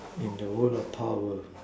in the world of power